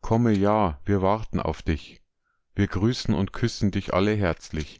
komme ja wir warten auf dich wir grüßen und küssen dich alle herzlich